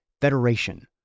federation